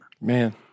Man